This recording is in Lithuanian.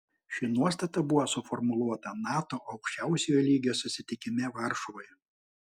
ši nuostata buvo suformuluota nato aukščiausiojo lygio susitikime varšuvoje